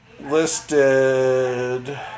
listed